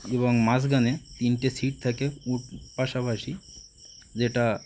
এবং মাঝখানে তিনটে সিট থাকে উট পাশাপাশি যেটা